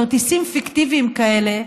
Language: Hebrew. כרטיסים פיקטיביים כאלה,